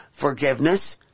forgiveness